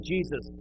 Jesus